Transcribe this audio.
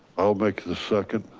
i'll make the second.